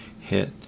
hit